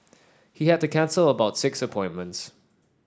he had to cancel about six appointments